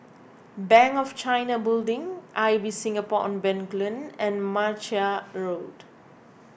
Bank of China Building Ibis Singapore on Bencoolen and Martia Road